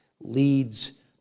leads